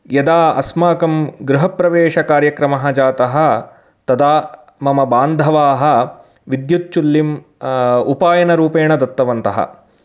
यदा अस्माकं गृहप्रवेशकार्यक्रमः जातः तदा मम बान्धवाः विद्युच्चुल्लिम् उपायनरूपेण दत्तवन्तः